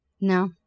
No